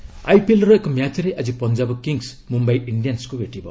IPL ଆଇପିଏଲ୍ର ଏକ ମ୍ୟାଚ୍ରେ ଆଜି ପଞ୍ଜାବ କିଙ୍ଗସ୍ ମୁମ୍ୟାଇ ଇଣ୍ଡିଆନ୍୍କକୁ ଭେଟିବ